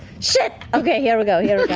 shit! okay, here we go, here